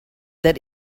that